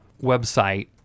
website